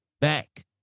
back